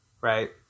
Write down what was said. right